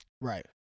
Right